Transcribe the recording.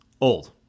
old